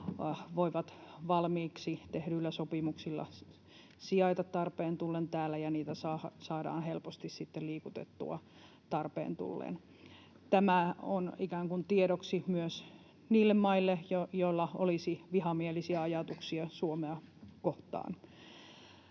voivat valmiiksi tehdyillä sopimuksilla sijaita tarpeen tullen täällä ja niitä saadaan helposti sitten liikutettua tarpeen tullen. Tämä on ikään kuin tiedoksi myös niille maille, joilla olisi vihamielisiä ajatuksia Suomea kohtaan.